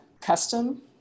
custom